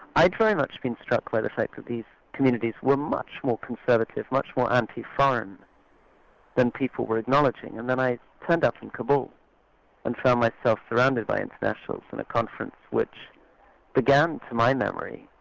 i'd very much been struck by the fact that these communities were much more conservative, much more anti-foreign than people were acknowledging, and then i turned up in kabul and found myself surrounded by internationals at a conference which began, to my memory,